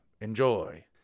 enjoy